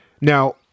Now